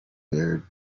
bear